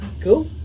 cool